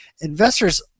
investors